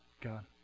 God